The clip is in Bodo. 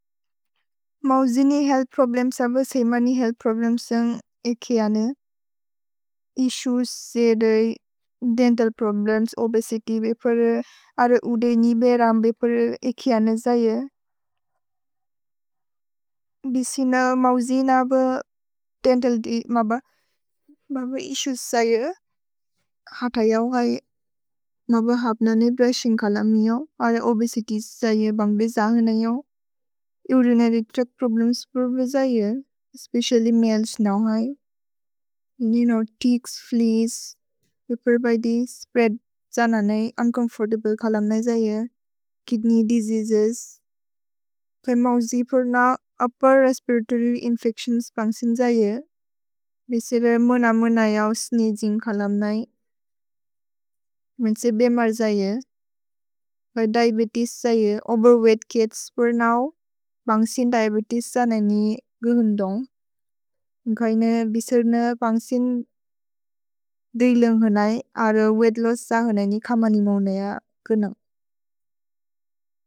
मव्जिनि हेअल्थ् प्रोब्लेम्स् अव सेइमानि हेअल्थ् प्रोब्लेम्स्-एन् एकिआने। इस्सुएस् से देय् देन्तल् प्रोब्लेम्स्, ओबेसित्य् बेपेरे। अर उदे न्जिबे रम्बेपेरे एकिआने जये। भिसिन मव्जिन अव देन्तल् इस्सुएस् जये। हत इऔ घै। मव हप्न नि ब्रुशिन्ग् कलमिओ। अर ओबेसित्य् जये। भन्ग्बे जहने यो। उरिनर्य् त्रच्त् प्रोब्लेम्स् पुर् बे जये। एस्पेचिअल्ल्य् मलेस् नओ है। योउ क्नोव् तिच्क्स्, फ्लेअस्, पेपेर् बैदे स्प्रेअद् जन नै, उन्चोम्फोर्तब्ले कलम् नै जये। Kidney diseases. घै मव्जि पुर् न उप्पेर् रेस्पिरतोर्य् इन्फेच्तिओन्स् पन्ग्सिन् जये। भिसिन मुन मुन नै, स्नीजिन्ग् कलम् नै। मेन्से बेमर् जये। घै दिअबेतेस् जये। ओवेर्वेइघ्त् किद्स् पुर् नओ, पन्ग्सिन् दिअबेतेस् जने नि गुहुन्दोन्ग्। घै न बिसिन पन्ग्सिन् देय् लुन्ग् हनै। अर वेइघ्त् लोस्स् जने हनै। नि कम लिमुन्ग् नय गुनुन्ग्।